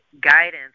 guidance